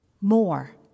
more